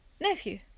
nephew